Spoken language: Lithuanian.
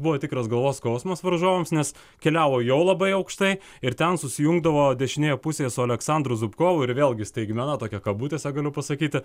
buvo tikras galvos skausmas varžovams nes keliavo jau labai aukštai ir ten susijungdavo dešinėje pusėje su aleksandru zupkovu ir vėlgi staigmena tokia kabutėse galiu pasakyti